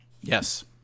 Yes